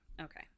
okay